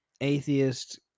atheist